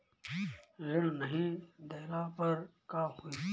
ऋण नही दहला पर का होइ?